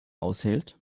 aushält